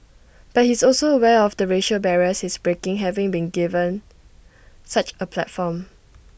but he's also aware of the racial barriers he's breaking having been given such A platform